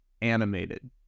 animated